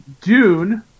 Dune